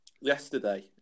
yesterday